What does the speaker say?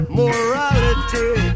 morality